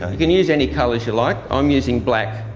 ah you can use any colors you like i'm using black,